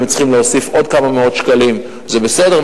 אם הם צריכים להוסיף עוד כמה מאות שקלים זה בסדר,